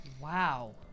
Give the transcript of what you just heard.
Wow